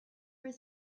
were